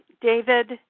David